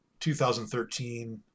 2013